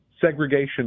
segregation